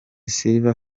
silver